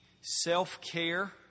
self-care